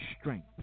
strength